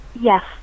Yes